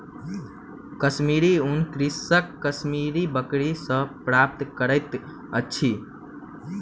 कश्मीरी ऊन कृषक कश्मीरी बकरी सॅ प्राप्त करैत अछि